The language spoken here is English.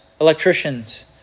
electricians